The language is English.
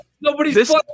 nobody's